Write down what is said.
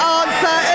answer